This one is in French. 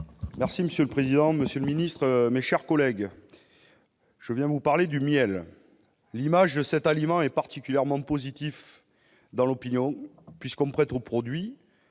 Monsieur le président, monsieur le ministre, mes chers collègues, je veux vous parler du miel. L'image de cet aliment est particulièrement positive dans l'opinion puisqu'on prête au produit